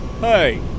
Hey